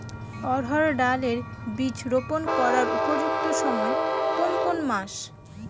অড়হড় ডাল এর বীজ রোপন করার উপযুক্ত সময় কোন কোন মাস?